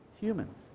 humans